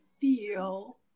feel